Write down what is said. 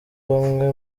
bamwe